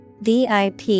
VIP